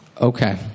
Okay